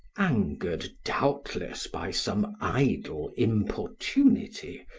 angered doubtless by some idle importunity,